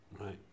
Right